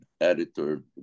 editor